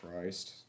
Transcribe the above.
Christ